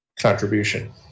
contribution